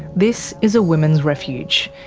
this is a women's refuge.